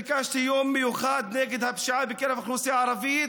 ביקשתי יום מיוחד נגד הפשיעה בקרב האוכלוסייה הערבית,